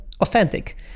authentic